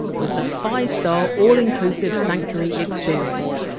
it was the five so all-inclusive sanctuary experience.